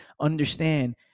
Understand